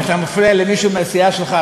אתה מפריע למישהו מהסיעה שלך,